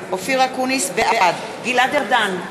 בעד גלעד ארדן,